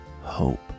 hope